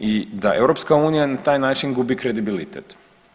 I da EU na taj način gubi kredibilitet.